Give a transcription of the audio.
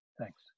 thanks